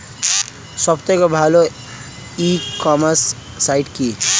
সব থেকে ভালো ই কমার্সে সাইট কী?